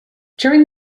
during